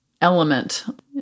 element